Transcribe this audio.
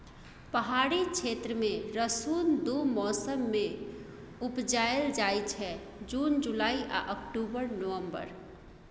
पहाड़ी क्षेत्र मे रसुन दु मौसम मे उपजाएल जाइ छै जुन जुलाई आ अक्टूबर नवंबर